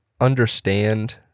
understand